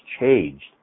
changed